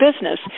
business